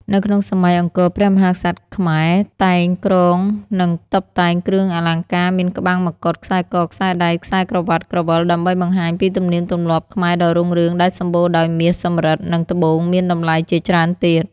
នៅក្នុងសម័យអង្គរព្រះមហាក្សត្រខ្មែរតែងគ្រងនិងតុបតែងគ្រឿងអលង្ការមានក្បាំងមកុដ ខ្សែក ខ្សែដៃ ខ្សែក្រវាត់ ក្រវិលដើម្បីបង្ហាញពីទំនៀមទម្លាប់ខ្មែរដ៏រុងរឿងដែលសំបូរដោយមាសសំរិទ្ធនិងត្បូងមានតម្លៃជាច្រើនទៀត។